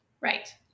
Right